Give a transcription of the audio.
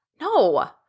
No